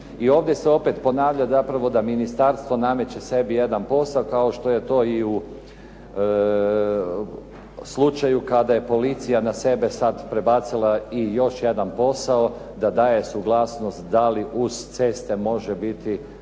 I ovdje se opet ponavlja zapravo da ministarstvo nameće sebi jedan posao kao što je to i u slučaju kada je policija na sebe sad prebacila i još jedan posao da daje suglasnost da li uz ceste može biti